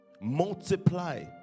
Multiply